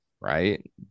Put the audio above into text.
right